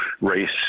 race